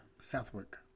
Southwark